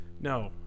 No